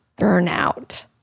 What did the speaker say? burnout